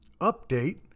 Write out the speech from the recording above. Update